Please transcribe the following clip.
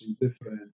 different